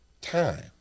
time